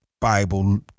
Bible